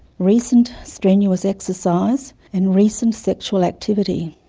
recent strenuous exercise, and recent sexual activity.